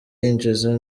yinjiza